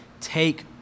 take